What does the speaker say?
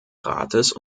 rates